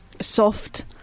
soft